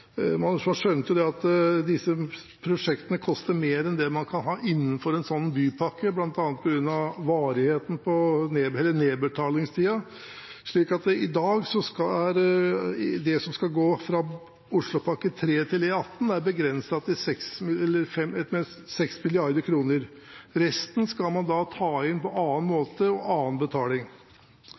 Man skjønte at disse prosjektene koster mer enn det man kan ha innenfor en sånn bypakke, bl.a. på grunn av nedbetalingstiden. Så i dag er det som skal gå fra Oslopakke 3 til E18, begrenset til 6 mrd. kr. Resten skal man ta inn på annen måte og ved annen betaling.